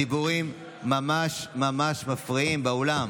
הדיבורים ממש מפריעים באולם.